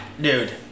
dude